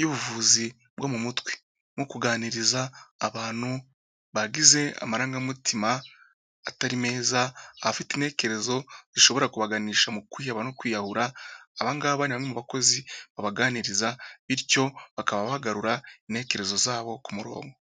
y'ubuvuzi bwo mu mutwe nko kuganiriza abantu bagize amarangamutima atari meza, abafite intekerezo zishobora kubaganisha mu kwiheba no kwiyahura, aban gaba ni bamwe mu bakozi babaganiriza bityo bakaba bagarura intekerezo zabo ku murongo.